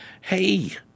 hey